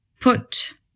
Put